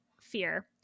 fear